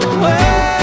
away